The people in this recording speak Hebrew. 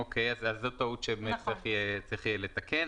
אוקיי, אז זו טעות שבאמת צריך יהיה לתקן.